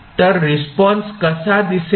तर रिस्पॉन्स कसा दिसेल